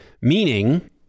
Meaning